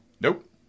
Nope